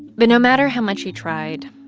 but no matter how much he tried,